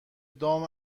دام